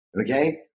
Okay